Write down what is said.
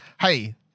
hey